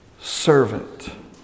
servant